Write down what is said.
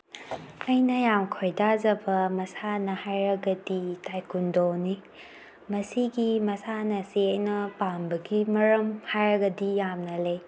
ꯑꯩꯅ ꯌꯥꯝ ꯈꯣꯏꯗꯥꯖꯕ ꯃꯁꯥꯟꯅ ꯍꯥꯏꯔꯒꯗꯤ ꯇꯥꯏꯀꯨꯟꯗꯣꯅꯤ ꯃꯁꯤꯒꯤ ꯃꯁꯥꯟꯅꯁꯦ ꯑꯩꯅ ꯄꯥꯝꯕꯒꯤ ꯃꯔꯝ ꯍꯥꯏꯔꯒꯗꯤ ꯌꯥꯝꯅ ꯂꯩ